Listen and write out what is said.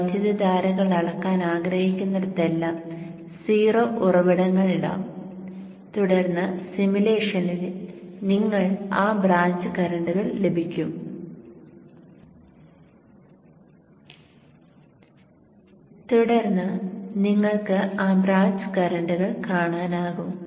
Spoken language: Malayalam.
വൈദ്യുതധാരകൾ അളക്കാൻ ആഗ്രഹിക്കുന്നിടത്തെല്ലാം 0 ഉറവിടങ്ങൾ ഇടാം തുടർന്ന് സിമുലേഷനിൽ നിങ്ങൾക്ക് ആ ബ്രാഞ്ച് കറന്റുകൾ ലഭിക്കും തുടർന്ന് നിങ്ങൾക്ക് ആ ബ്രാഞ്ച് കറന്റുകൾ കാണാനാകും